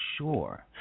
sure